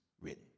written